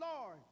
Lord